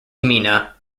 mina